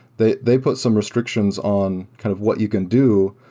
they they put some restrictions on kind of what you can do,